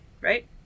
right